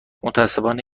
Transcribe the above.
متاسفانه